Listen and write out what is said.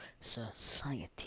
society